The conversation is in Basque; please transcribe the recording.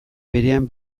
berean